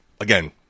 again